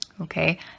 okay